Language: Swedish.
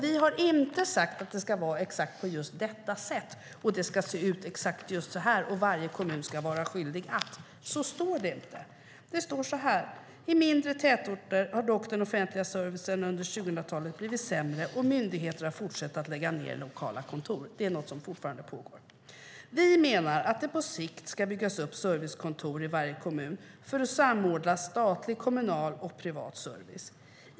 Vi har inte sagt att det ska vara exakt på detta sätt, att det ska se ut exakt så här och att varje kommun ska vara skyldig att göra detta. Så står det inte. Det står så här: "I mindre tätorter har dock den offentliga servicen under 2000-talet blivit sämre, och myndigheter har fortsatt att lägga ned lokala kontor." Det är något som fortfarande pågår. "Vi menar att det på sikt ska byggas upp servicekontor i varje kommun för att samordna statlig, kommunal och privat service.